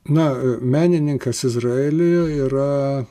na menininkas izraelyje yra